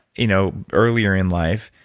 you know earlier in life,